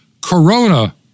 corona